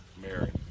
Mary